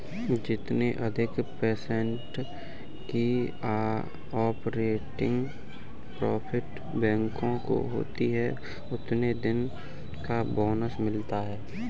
जितने अधिक पर्सेन्ट की ऑपरेटिंग प्रॉफिट बैंकों को होती हैं उतने दिन का बोनस मिलता हैं